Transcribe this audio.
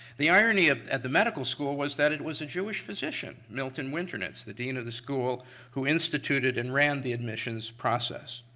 the irony ah at the medical school was that it was a jewish physician, milton winternitz, the dean of the school who instituted and ran the admissions process.